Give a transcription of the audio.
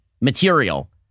material